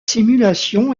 simulation